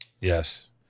Yes